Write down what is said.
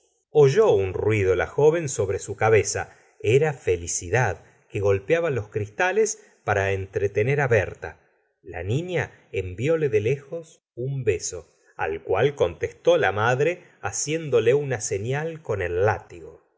oyó un ruido la joven sobre su cabeza era feli cidad que golpeaba los cristales para entretener a berta la niña envióle de lejos un beso al cual gustavo flaubert contestó la madre haciéndole una seital con el látigo